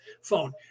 phone